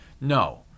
No